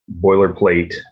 boilerplate